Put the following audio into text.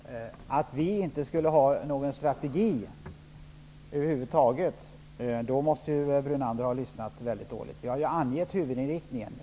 Herr talman! Om Lennart Brunander anser att vi inte har någon strategi över huvud taget, måste han ha lyssnat mycket dåligt. Vi har ju angett huvudinriktningen.